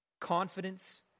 Confidence